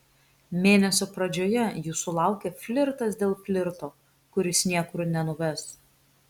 mėnesio pradžioje jūsų laukia flirtas dėl flirto kuris niekur nenuves